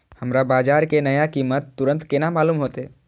हमरा बाजार के नया कीमत तुरंत केना मालूम होते?